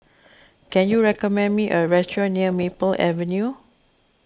can you recommend me a restaurant near Maple Avenue